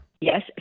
Yes